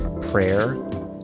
prayer